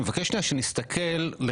אני מבקש שכולנו נסתכל על העניין הזה,